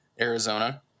Arizona